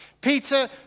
Peter